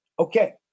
Okay